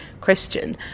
Christian